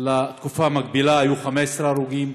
בתקופה המקבילה היו 15 הרוגים,